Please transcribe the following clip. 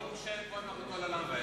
"ברוך שם כבוד מלכותו לעולם ועד".